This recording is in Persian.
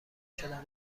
شدم